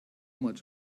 much